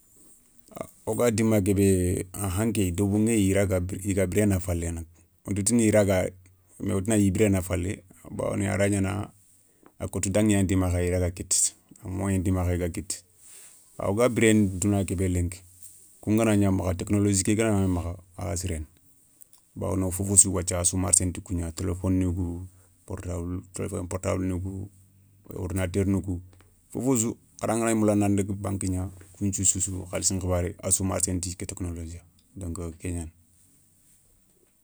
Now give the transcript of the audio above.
Wo ga dimma kébé ahan kéye deubou ηeye i raga i ga biréna falé, wonta tini i raaga mais wotina i ya biréna falé, bawoni a ray gnana a kotou daηe yanti makha i raga kitta a moyen ti makha i raga kitta kha woga biréné duna ké bé lenki, kunganagna makha technolzie ké gana gna makha a ya siréni, bawoni fofo sou wathia a sou marsséne ti kougna téléphoni kou portable telephone portable ni kou, ordinateur ni kou fofo sou hara ngana gna moula a nan daga bank gna koun thiou sou sou khalssi nkhibaré a sou marsséne ti ké technologi ya, donc ké gnani.